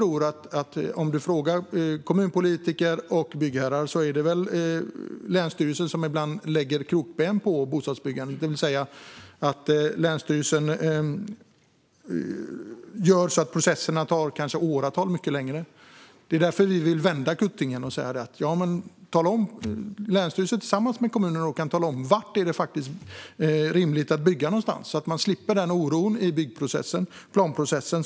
Om du frågar kommunpolitiker och byggherrar tror jag att du får höra att det ibland är länsstyrelsen som lägger krokben för bostadsbyggandet. Länsstyrelsen gör alltså så att processerna kanske blir flera år längre. Det är därför vi vill vända på kuttingen och säga: Länsstyrelsen kan tillsammans med kommuner tala om var det är rimligt att bygga någonstans, så att man slipper den här oron i byggprocessen och planprocessen.